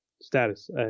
status